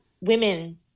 women